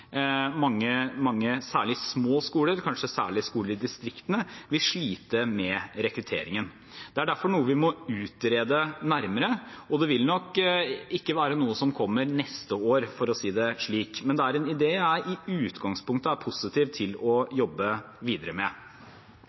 Mange skoler, særlig små skoler og kanskje spesielt skoler i distriktene, sliter med rekrutteringen. Det er derfor noe vi må utrede nærmere. Det vil nok ikke være noe som kommer neste år, for å si det slik, men det er en idé jeg i utgangspunktet er positiv til å jobbe videre med.